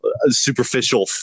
superficial